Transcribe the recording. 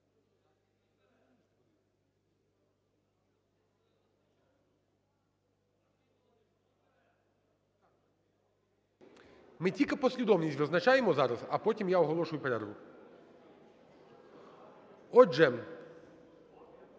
Ми тільки послідовність визначаємо зараз, а потім я оголошую перерву. Отже